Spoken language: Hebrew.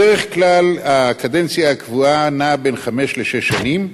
בדרך כלל הקדנציה הקבועה נעה בין חמש לשש שנים,